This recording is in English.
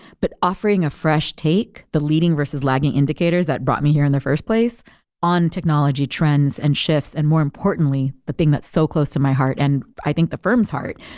but offering a fresh take, the leading versus lagging indicators that brought me here in the first place on technology trends and shifts. and more importantly, the thing that so close to my heart, and i think the firm's heart,